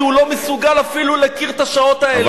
כי הוא לא מסוגל אפילו להכיר את השעות האלה.